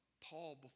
Paul